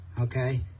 okay